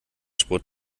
sport